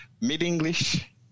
mid-English